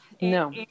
no